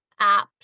apps